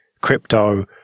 crypto